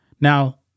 Now